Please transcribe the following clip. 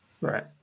Right